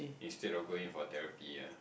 instead of going for therapy ah